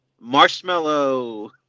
Marshmallow